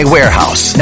Warehouse